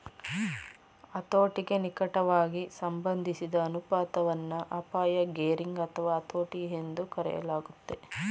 ಹತೋಟಿಗೆ ನಿಕಟವಾಗಿ ಸಂಬಂಧಿಸಿದ ಅನುಪಾತವನ್ನ ಅಪಾಯ ಗೇರಿಂಗ್ ಅಥವಾ ಹತೋಟಿ ಎಂದೂ ಕರೆಯಲಾಗುತ್ತೆ